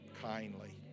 kindly